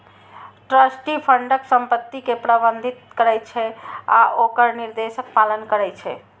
trustee फंडक संपत्ति कें प्रबंधित करै छै आ ओकर निर्देशक पालन करै छै